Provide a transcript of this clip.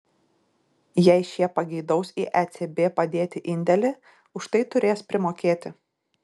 jei šie pageidaus į ecb padėti indėlį už tai turės primokėti